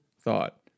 thought